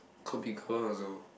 could be common also